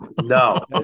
No